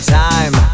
time